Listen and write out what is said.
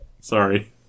sorry